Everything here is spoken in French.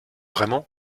vraiment